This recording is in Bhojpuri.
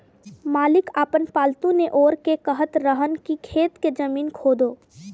मालिक आपन पालतु नेओर के कहत रहन की खेत के जमीन खोदो